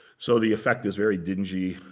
so the effect is very dingy,